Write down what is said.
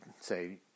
say